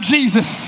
Jesus